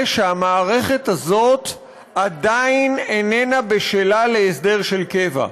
שהמערכת הזאת עדיין איננה בשלה להסדר של קבע.